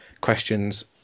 questions